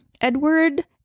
Edward